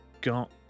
got